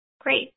Great